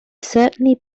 certainly